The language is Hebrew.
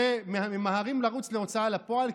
ממהרים לרוץ להוצאה לפועל,